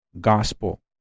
gospel